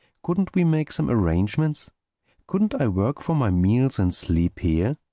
couldn't we make some arrangement couldn't i work for my meals and sleep here?